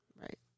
Right